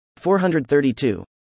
432